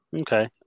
Okay